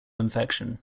infection